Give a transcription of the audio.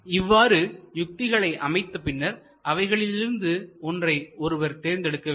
இவ்வாறு யுக்திகளை அமைத்த பின்னர் அவைகளிலிருந்து ஒன்றை ஒருவர் தேர்ந்தெடுக்க வேண்டும்